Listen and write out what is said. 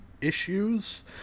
issues